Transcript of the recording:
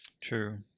True